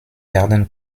werden